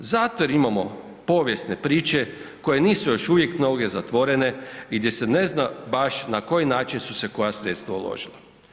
Zato jer imamo povijesne priče koje nisu još uvijek mnoge zatvorene i gdje se ne zna baš na koji način su se koja sredstva uložila.